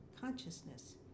consciousness